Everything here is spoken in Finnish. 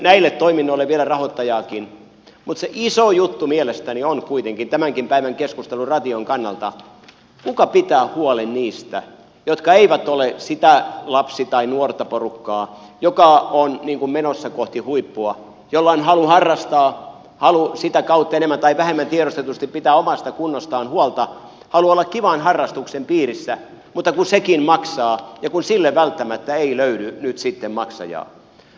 näille toiminnoille löytyy vielä rahoittajiakin mutta se iso juttu mielestäni on kuitenkin tämänkin päivän keskustelun ration kannalta kuka pitää huolen niistä jotka eivät ole sitä lapsi tai nuorta porukkaa joka on niin kuin menossa kohti huippua joilla on halu harrastaa halu sitä kautta enemmän tai vähemmän tiedostetusti pitää omasta kunnostaan huolta halu olla kivan harrastuksen piirissä mutta kun sekin maksaa ja kun sille välttämättä ei löydy nyt sitten maksajaa